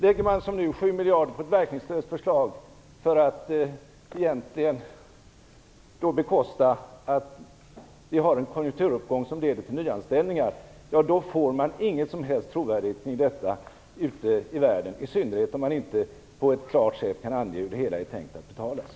Lägger man som nu 7 miljarder på ett verkningslöst förslag för att egentligen bekosta en konjunkturuppgång som leder till nyanställningar, får man ingen som helst trovärdighet kring detta ute i världen, i synnerhet inte om man inte på ett klart sätt kan ange hur det hela är tänkt att betalas.